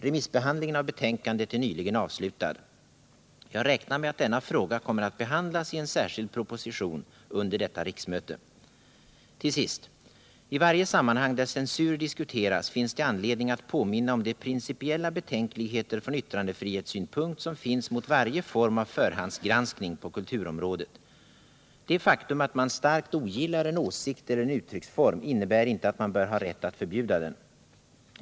Remissbehandlingen av betänkandet är nyligen avslutad. Jag räknar med att denna fråga kommer att behandlas i en särskild proposition under detta riksmöte. Till sist: I varje sammanhang där censur diskuteras finns det anledning att påminna om de principiella betänkligheter från yttrandefrihetssynpunkt som finns mot varje form av förhandsgranskning på kulturområdet. Det faktum att man starkt ogillar en åsikt eller en uttrycksform innebär inte att man bör ha rätt att förbjuda den.